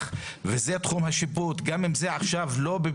אז חשבתי שזה יכול להיטיב עם